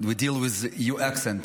to deal with your accent.